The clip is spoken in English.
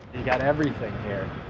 you got everything here.